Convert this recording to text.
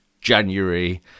January